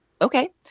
okay